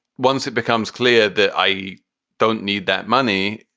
once it becomes clear that i don't need that money,